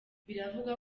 biravugwa